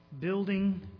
building